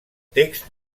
text